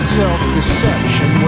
self-deception